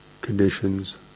conditions